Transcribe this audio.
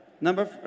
number